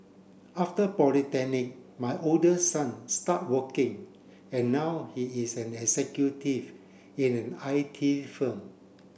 after polytechnic my oldest son start working and now he is an executive in an I T firm